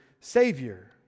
Savior